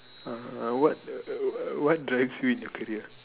uh what uh uh what drives you in your career